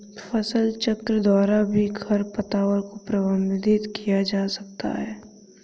फसलचक्र द्वारा भी खरपतवार को प्रबंधित किया जा सकता है